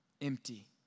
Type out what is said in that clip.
empty